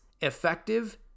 Effective